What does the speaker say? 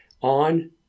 on